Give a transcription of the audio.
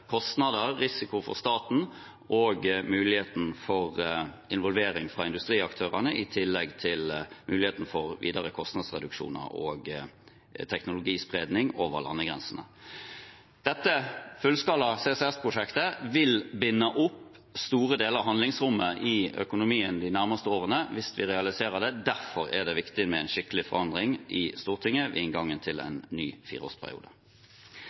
kostnader, risiko for staten og muligheten for involvering fra industriaktørene, i tillegg til mulighet for videre kostnadsreduksjoner og teknologispredning over landegrensene. Dette fullskala CCS-prosjektet vil binde opp store deler av handlingsrommet i økonomien de nærmeste årene hvis vi realiserer det. Derfor er det viktig med en skikkelig forankring i Stortinget ved inngangen til en ny fireårsperiode.